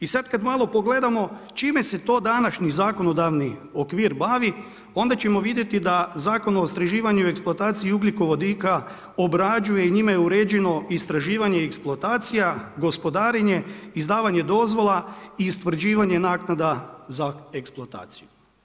I sada kada malo pogledamo čime se to današnji zakonodavni okvir bavi onda ćemo vidjeti da Zakon o istraživanju i eksploataciji ugljikovodika obrađuje i njime je uređeno istraživanje i eksploatacija, gospodarenje, izdavanje dozvola i utvrđivanje naknada za eksploataciju.